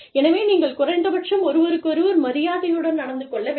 எனவே நீங்கள் குறைந்தபட்சம் ஒருவருக்கொருவர் மரியாதையுடன் நடந்து கொள்ள வேண்டும்